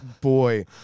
boy